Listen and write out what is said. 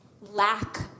lack